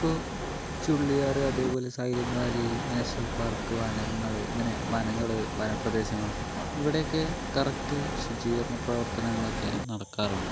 ഇപ്പോൾ ചുള്ളിയാറ് അതേപോലെ സൈലന്റ് വാലി നാഷണൽ പാർക്ക് വനങ്ങള് ഇങ്ങനെ വനങ്ങള് വനപ്രദേശങ്ങള് ഇവിടെ ഒക്കെ കറക്റ്റ് ശുചീകരണപ്രവർത്തനങ്ങളൊക്കെ നടക്കാറുണ്ട്